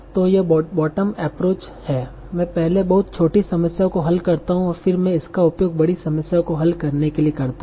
तो यह bottom approach है मैं पहले बहुत छोटी समस्याओं को हल करता हूं और फिर मैं इसका उपयोग बड़ी समस्याओं को हल करने के लिए करता हूं